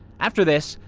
after this,